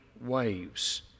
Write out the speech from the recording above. waves